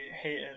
hated